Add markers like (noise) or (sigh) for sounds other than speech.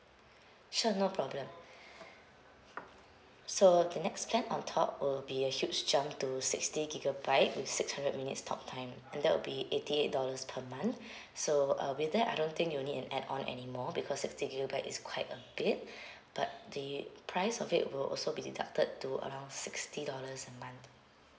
sure no problem so the next plan on top will be a huge jump to sixty gigabyte with six hundred minutes talk time and that will be eighty eight dollars per month (breath) so uh with that I don't think you'll need an add on anymore because sixty gigabyte is quite a bit but the price of it will also be deducted to around sixty dollars a month